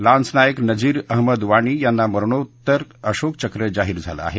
lance Naik Nazir Ahmad Wani यांना मरणोत्तर अशोक चक्र जाहीर झालं आहे